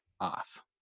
off